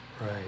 Right